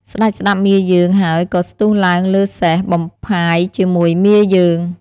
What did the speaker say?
ស្តេចស្តាប់មាយើងហើយក៏ស្ទុះឡើងលើសេះបំផាយជាមួយមាយើង។